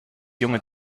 junge